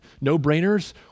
no-brainers